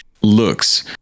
looks